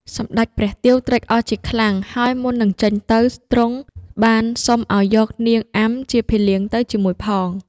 សម្តេចព្រះទាវត្រេកអរជាខ្លាំង ហើយមុននឹងចេញទៅ ទ្រង់បានសុំឲ្យយកនាងអាំជាភីលៀងទៅជាមួយផង។